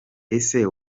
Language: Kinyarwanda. ese